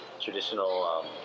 traditional